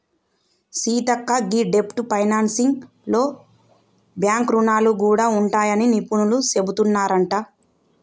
సీతక్క గీ డెబ్ట్ ఫైనాన్సింగ్ లో బాంక్ రుణాలు గూడా ఉంటాయని నిపుణులు సెబుతున్నారంట